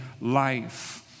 life